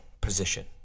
position